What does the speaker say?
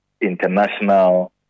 International